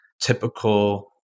Typical